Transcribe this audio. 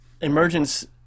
emergence